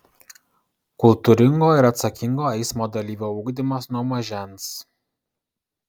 kultūringo ir atsakingo eismo dalyvio ugdymas nuo mažens